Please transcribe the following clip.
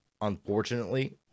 unfortunately